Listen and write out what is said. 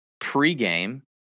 pregame